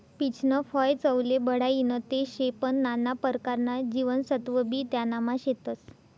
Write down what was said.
पीचनं फय चवले बढाईनं ते शे पन नाना परकारना जीवनसत्वबी त्यानामा शेतस